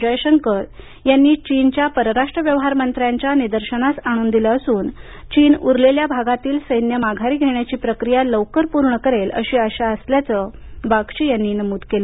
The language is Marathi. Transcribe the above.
जयशंकर यांनी चीनच्या परराष्ट्र व्यवहारमंत्र्यांच्या निदर्शनास आणून दिलं असून चीन उरलेल्या भागातील सैन्य माघारी घेण्याची प्रक्रिया लवकरकपूर्ण करेल अशी आशा असल्याचं बागची यांनी नमूद केलं